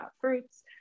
fruits